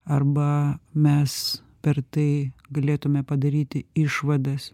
arba mes per tai galėtume padaryti išvadas